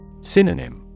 Synonym